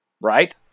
right